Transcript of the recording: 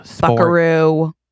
Buckaroo